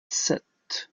sept